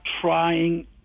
trying